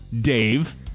Dave